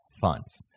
funds